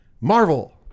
Marvel